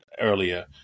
earlier